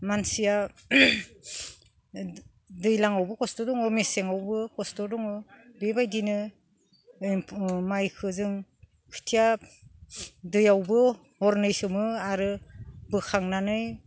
मानसिया दैज्लांआवबो खस्थ' दङ मेसें आवबो खस्थ' दङ बेबादिनो माइखो जों खोथिया दैयावबो हरनै सोमो आरो बोखांनानै